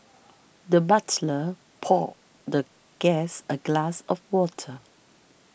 the butler poured the guest a glass of water